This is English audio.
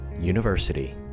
University